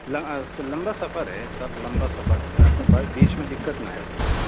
لمبا سفر ہے صاحب لمبا سفر ہے میرا بیچ میں دقت نہ آئے کچھ بھی